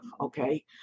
okay